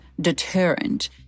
deterrent